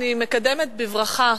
אני מקדמת בברכה,